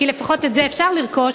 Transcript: כי לפחות את זה אפשר לרכוש,